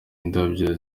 indabyo